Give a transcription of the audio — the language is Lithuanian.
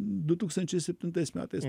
du tūkstančiai septintais metais